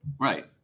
Right